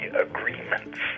agreements